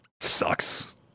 sucks